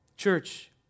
Church